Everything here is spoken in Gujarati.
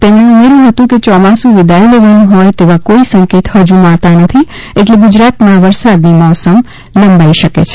તેમણે ઉમેર્યું હતું કે ચોમાસ્ત વિદાય લેવાનું હોય તેવા કોઈ સંકેત હજુ મળતા નથી એટલે ગુજરાતમાં વરસાદની મોસમ લંબાઈ શકે છે